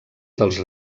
dels